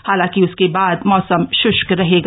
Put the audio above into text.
हालांकि उसके बाद मौसम शृष्क रहेगा